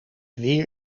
weer